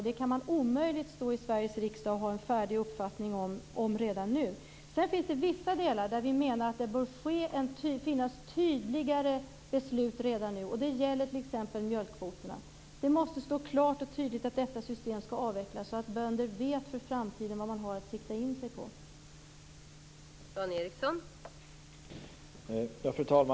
Det kan man omöjligt stå i Sveriges riksdag och ha en färdig uppfattning om redan nu. Sedan finns det vissa delar där vi menar att det bör finnas tydligare beslut redan nu. Det gäller t.ex. mjölkkvoterna. Det måste stå klart och tydligt att detta system skall avvecklas så att bönder vet vad de har att rikta in sig på i framtiden.